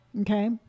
Okay